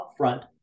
upfront